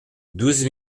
douze